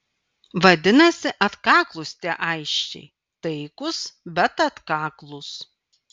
vadinasi atkaklūs tie aisčiai taikūs bet atkaklūs